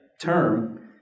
term